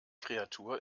kreatur